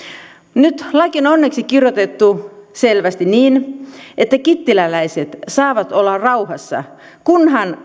nyt laki on onneksi kirjoitettu selvästi niin että kittiläläiset saavat olla rauhassa kunhan